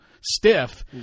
stiff